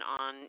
on